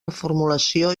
reformulació